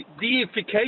deification